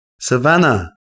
Savannah